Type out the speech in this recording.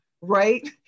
right